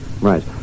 Right